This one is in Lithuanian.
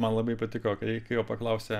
man labai patiko kai jo paklausė